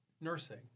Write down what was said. nursing